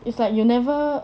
it's like you never